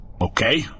Okay